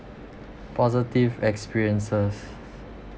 positive experiences